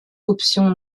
option